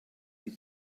sie